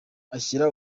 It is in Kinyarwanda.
ashyira